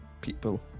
people